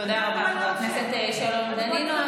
תודה רבה, חבר הכנסת שלום דנינו.